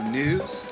news